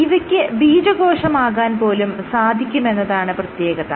ഇവയ്ക്ക് ബീജകോശം ആകാൻ പോലും സാധിക്കുമെന്നതാണ് പ്രത്യേകത